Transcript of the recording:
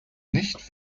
nicht